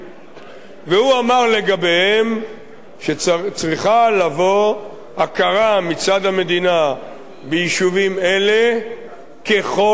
והוא אמר לגביהם שצריכה לבוא הכרה מצד המדינה ביישובים אלה ככל הניתן.